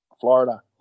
Florida